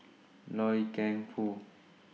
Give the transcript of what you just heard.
Loy Keng Foo